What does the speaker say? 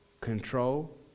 control